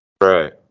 Right